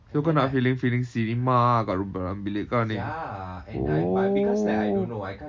so kau nak feeling feeling cinema ah kat ru~ dalam bilik kau ni oh